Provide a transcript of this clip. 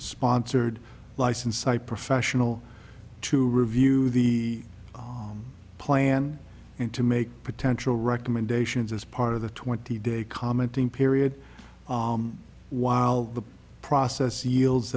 sponsored license site professional to review the plan and to make potential recommendations as part of the twenty day commenting period while the process yields